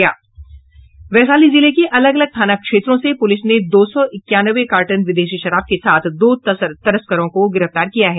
वैशाली जिले के अलग अलग थाना क्षेत्रों से पुलिस ने दो सौ इक्यानवे कार्टन विदेशी शराब के साथ दो तस्करों को गिरफ्तार किया है